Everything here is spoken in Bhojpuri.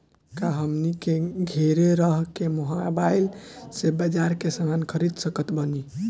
का हमनी के घेरे रह के मोब्बाइल से बाजार के समान खरीद सकत बनी?